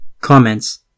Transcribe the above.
Comments